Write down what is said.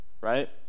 Right